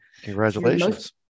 Congratulations